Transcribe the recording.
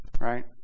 Right